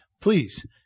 please